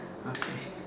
okay